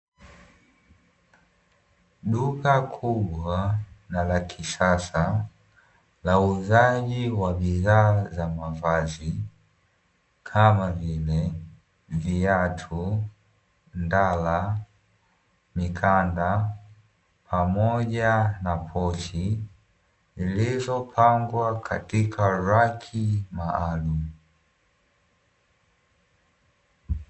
Duka kubwa na la kisasa la uuzaji wa bidhaa za mavazi kama vile; viatu, ndala, mikanda pamoja na pochi zilizopangwa katika raki maalumu.